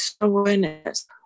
awareness